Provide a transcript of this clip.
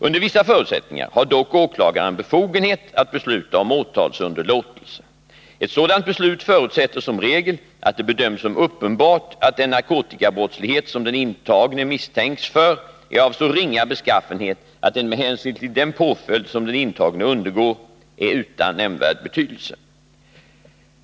Under vissa förutsättningar har dock förutsätter som regel att det bedöms som uppenbart att den narkotikabrotts Torsdagen den lighet som den intagne misstänks för är av så ringa beskaffenhet att den med 26 november 1981 hänsyn till den påföljd som den intagne undergår är utan nämnvärd betydelse.